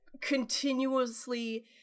continuously